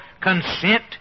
consent